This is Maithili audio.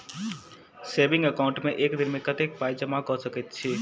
सेविंग एकाउन्ट मे एक दिनमे कतेक पाई जमा कऽ सकैत छी?